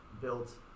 built